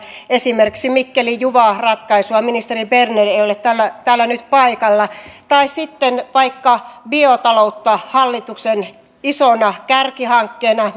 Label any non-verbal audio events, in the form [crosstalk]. esimerkiksi mikkeli juva ratkaisua ministeri berner ei ei ole täällä täällä nyt paikalla tai sitten vaikka biotaloutta hallituksen isona kärkihankkeena [unintelligible]